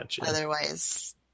Otherwise